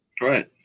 right